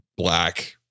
black